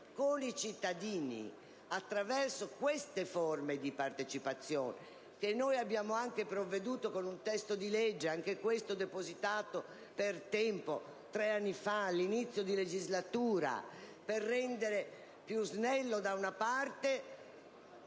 con i cittadini attraverso queste forme di partecipazione. Noi abbiamo presentato un disegno di legge - anche questo depositato per tempo, tre anni fa, all'inizio della legislatura - per rendere più snello, ma anche